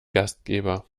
gastgeber